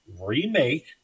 remake –